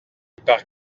par